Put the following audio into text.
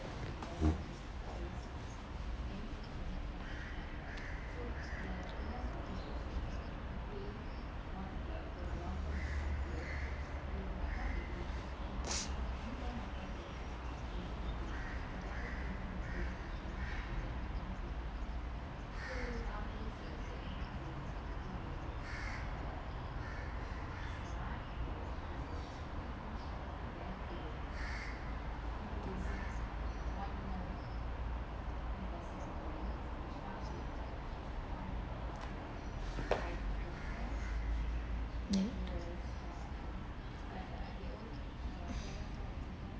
yea